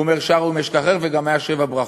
הוא אומר: שרו "אם אשכחך", וגם היו שבע ברכות.